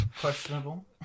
Questionable